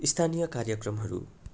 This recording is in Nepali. स्थानीय कार्यक्रमहरू